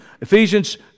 Ephesians